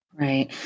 Right